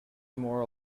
more